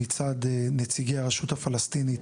מצד נציגי הרשות הפלסטינית,